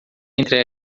entre